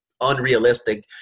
unrealistic